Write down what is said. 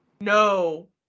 No